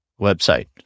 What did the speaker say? website